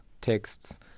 texts